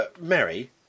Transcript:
Mary